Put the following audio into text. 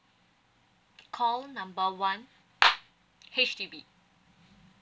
call number one H_D_B